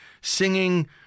singing